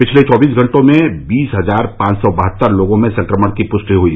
पिछले चौबीस घंटे में बीस हजार पांच सौ बहत्तर लोगों में संक्रमण की पुष्टि हुई